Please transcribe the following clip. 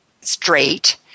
straight